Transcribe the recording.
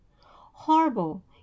Horrible